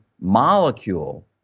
molecule